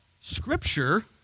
Scripture